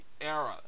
era